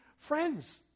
friends